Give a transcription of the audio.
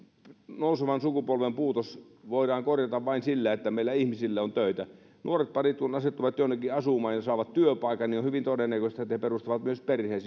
nousevan sukupolven puutos voidaan korjata vain sillä että meillä ihmisille on töitä nuoretparit kun asettuvat jonnekin asumaan ja saavat työpaikan niin on hyvin todennäköistä että he perustavat myös perheen